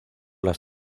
las